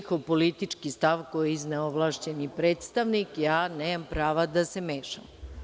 U njihov politički stav koji je izneo ovlašćeni predstavnik, ja nemam pravo da se mešam.